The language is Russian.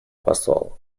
посол